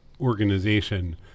organization